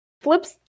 flips